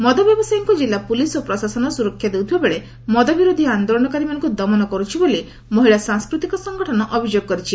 ମଦ ବ୍ୟବସାୟୀକୁ ଜିଲ୍ଲା ପୁଲିସ୍ ଓ ପ୍ରଶାସନ ସୁରକ୍ଷା ଦେଉଥିବାବେଳେ ମଦବିରୋଧୀ ଆନ୍ଦୋଳନକାରୀମାନଙ୍କୁ ଦମନ କରୁଛି ବୋଲି ମହିଳା ସାଂସ୍କୃତିକ ସଂଗଠନ ଅଭିଯୋଗ କରିଛି